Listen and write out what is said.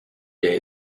day